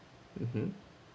mmhmm